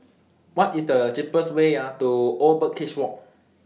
What IS The cheapest Way to Old Birdcage Walk